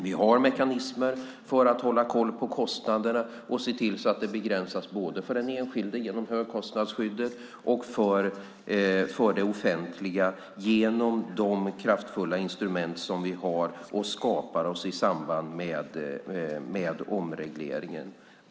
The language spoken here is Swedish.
Vi har mekanismer för att hålla koll på kostnaderna och se till att de begränsas både för den enskilde genom högskostnadsskyddet och för det offentliga genom de kraftfulla instrument som vi har och skapar i samband med omregleringen.